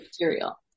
material